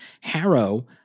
Harrow